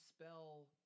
spell